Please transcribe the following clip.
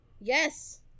Yes